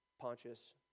Pontius